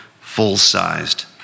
Full-sized